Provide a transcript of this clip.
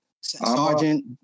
Sergeant